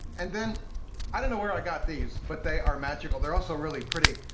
and then i don't know where i got these but they are magical. they're also really pretty.